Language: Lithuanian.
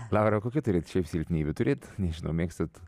laura kokių turit šiaip silpnybių turit nežinau mėgstat